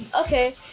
okay